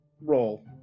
Roll